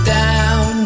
down